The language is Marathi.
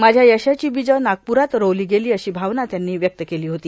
माझ्या यशाची बिजं नागप्रात रोवली गेली अशी भावना त्यांनी व्यक्त केली होती